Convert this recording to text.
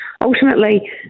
Ultimately